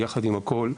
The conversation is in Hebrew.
עם כל זה,